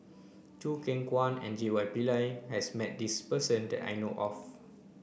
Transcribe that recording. Choo Keng Kwang and J Y Pillay has met this person that I know of